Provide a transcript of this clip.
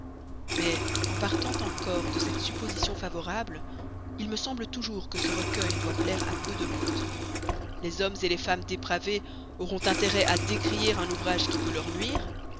mais en partant encore de cette supposition favorable il me semble toujours que ce recueil doit plaire à peu de monde les hommes les femmes dépravés auront intérêt à décrier un ouvrage qui peut leur nuire